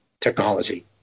technology